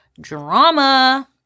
drama